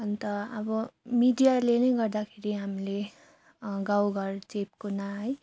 अन्त अब मिडियाले नै गर्दाखेरि हामीले गाउँ घर चेप कुना है